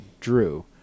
drew